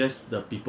were to